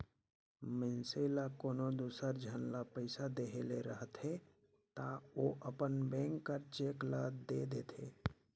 मइनसे ल कोनो दूसर झन ल पइसा देहे ले रहथे ता ओ अपन बेंक कर चेक ल दे देथे